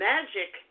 Magic